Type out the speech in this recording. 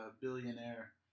billionaire